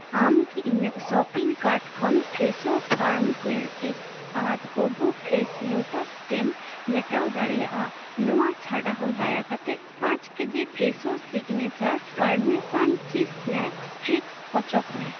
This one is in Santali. ᱟᱢ ᱠᱤ ᱤᱧᱟᱹᱜ ᱥᱚᱯᱤᱝ ᱠᱟᱨᱰ ᱠᱷᱚᱱ ᱯᱷᱨᱮᱥᱳ ᱯᱷᱟᱨᱢ ᱠᱩᱭᱮᱞ ᱮᱜᱽᱥ ᱟᱨ ᱦᱚᱵᱩ ᱯᱷᱨᱮᱥ ᱞᱳᱴᱟᱥ ᱥᱴᱮᱢ ᱢᱮᱴᱟᱣ ᱫᱟᱲᱮᱭᱟᱜ ᱟ ᱱᱳᱣᱟ ᱪᱷᱟᱰᱟ ᱦᱚᱸ ᱫᱟᱭᱟᱠᱟᱛᱮ ᱯᱟᱸᱪ KG Fresho signature parmesan cheese snacks sticks ᱚᱪᱚᱜᱽ ᱢᱮ